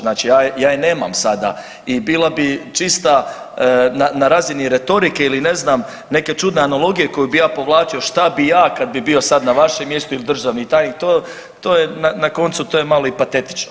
Znači ja je nemam sada i bila bi čista na razini retorike ili ne znam neke čudne analogije koju bih ja povlačio šta bi ja kad bi bio sad na vašem mjestu ili državni tajnik, to je na koncu malo i patetično.